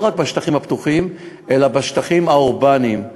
לא רק בשטחים הפתוחים אלא בשטחים האורבניים,